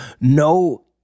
no